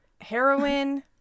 heroin